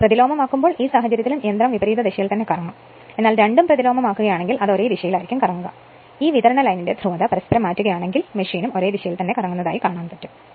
യഥാർത്ഥത്തിൽ പ്രതിലോമമാക്കുമ്പോൾ ഈ സാഹചര്യത്തിലും യന്ത്രം വിപരീത ദിശയിൽ കറങ്ങും എന്നാൽ രണ്ടും പ്രതിലോമമാക്കുകയാണെങ്കിൽ അത് ഒരേ ദിശയിൽ കറങ്ങും ഈ വിതരണ ലൈനിന്റെ ധ്രുവത പരസ്പരം മാറ്റുകയാണെങ്കിൽ മെഷീനും ഒരേ ദിശയിൽ കറങ്ങും